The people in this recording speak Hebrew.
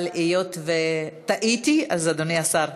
אבל היות שטעיתי, אז, אדוני השר,